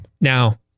Now